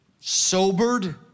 sobered